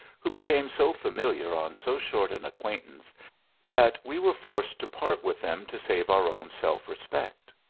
who became so familiar on so short an acquaintance that we were forced to part with them to save our own self-respect.